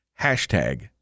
hashtag